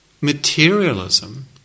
materialism